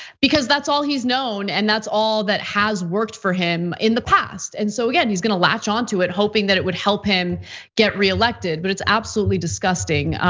because that's all he's known. and that's all that has worked for him in the past. and so again, he's gonna latch on to it, hoping that it would help him get re-elected, but it's absolutely disgusting.